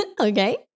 Okay